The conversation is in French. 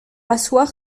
asseoir